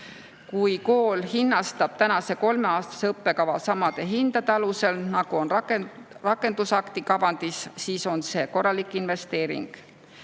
Kui kool hinnastab tänase kolmeaastase õppekava samade hindade alusel, nagu on rakendusakti kavandis, siis on see korralik investeering.